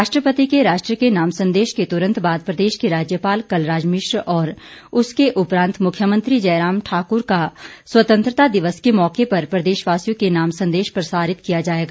राष्ट्रपति के राष्ट्र के नाम संदेश के तुरंत बाद प्रदेश के राज्यपाल कलराज मिश्र और उसके उपरांत मुख्यमंत्री जयराम ठाकुर का स्वतंत्रता दिवस के मौके पर प्रदेशवासियों के नाम संदेश प्रसारित किया जाएगा